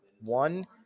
one